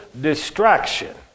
distraction